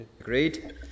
Agreed